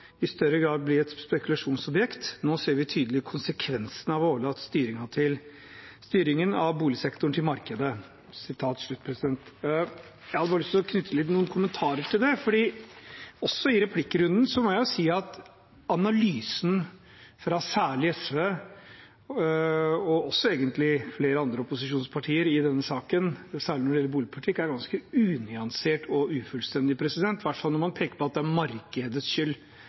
å knytte noen kommentarer til det. Også i replikkrunden må jeg si at analysen fra særlig SV, og egentlig også flere andre opposisjonspartier i denne saken når det gjelder boligpolitikk, er ganske unyansert og ufullstendig, i hvert fall når man peker på at det er markedets skyld